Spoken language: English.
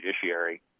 judiciary